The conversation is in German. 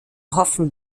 hoffen